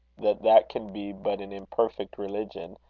that that can be but an imperfect religion,